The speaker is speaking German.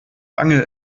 angel